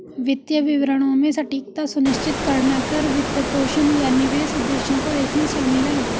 वित्तीय विवरणों में सटीकता सुनिश्चित करना कर, वित्तपोषण, या निवेश उद्देश्यों को देखना शामिल हैं